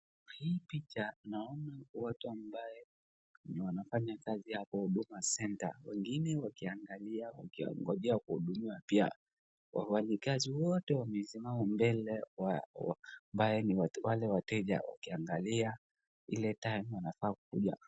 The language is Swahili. Kwa hii picha naona watu ambaye wanafanya kazi ya Huduma Centre. Wengine wakiangalia wakiongojea kuhudumiwa pia. Wafanyakazi wote wamesimama mbele ambaye ni watu wale wateja wakiangalia ile time wanafaa kukuja.